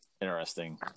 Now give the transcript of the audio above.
interesting